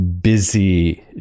busy